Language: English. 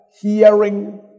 hearing